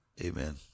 Amen